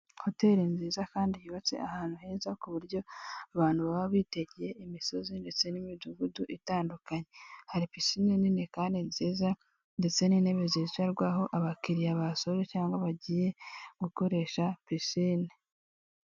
Hoteli nziza kandi yubatse ahantu heza ku buryo abantu baba bitegeye imisozi ndetse n'imidugudu itandukanye, hari pisine nini kandi nziza ndetse n'intebe zicarwaho abakiriya basoje cyangwa bagiye gukoresha pisine.